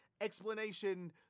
explanation